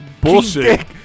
bullshit